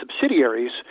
subsidiaries